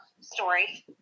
story